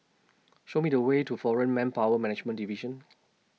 Show Me The Way to Foreign Manpower Management Division